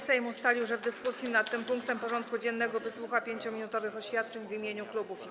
Sejm ustalił, że w dyskusji nad tym punktem porządku dziennego wysłucha 5-minutowych oświadczeń w imieniu klubów i kół.